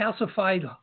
calcified